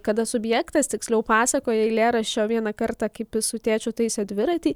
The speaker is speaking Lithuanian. kada subjektas tiksliau pasakoja eilėraščio vieną kartą kaip jis su tėčiu taisė dviratį